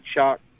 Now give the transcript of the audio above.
shock